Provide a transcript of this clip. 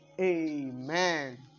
Amen